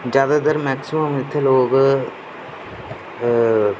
जैदातर मैक्सिमम इत्थै लोक